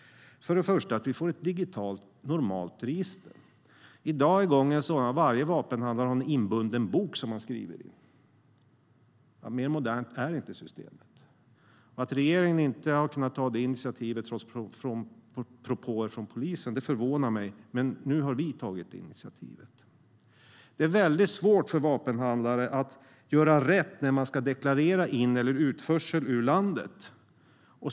För det första ska vi se till att vi får ett normalt digitalt register. I dag är gången sådan att varje vapenhandlare har en inbunden bok som man skriver i. Mer modernt är inte systemet. Att regeringen inte har kunnat ta det initiativet trots propåer från polisen förvånar mig, men nu har vi tagit det initiativet. För det andra är det är svårt för vapenhandlare att göra rätt när de ska deklarera in eller utförsel ur landet.